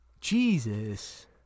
Jesus